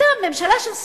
סתם ממשלה של סתם.